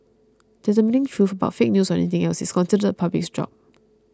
determining truth about fake news or anything else is considered the public's job